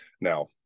Now